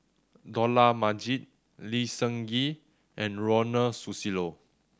Dollah Majid Lee Seng Gee and Ronald Susilo